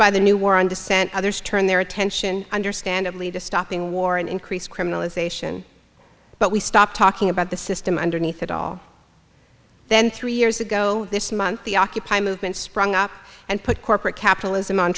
by the new war on dissent others turned their attention understandably to stopping war and increased criminalization but we stopped talking about the system underneath it all then three years ago this month the occupy movement sprung up and put corporate capitalism on